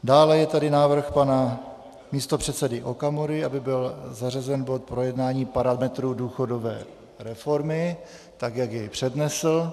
Dále je tady návrh pana místopředsedy Okamury, aby byl zařazen bod Projednání parametrů důchodové reformy, jak jej přednesl.